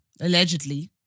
Allegedly